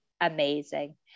amazing